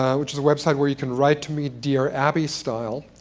um which is a website where you can write to me dear abbey style,